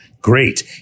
Great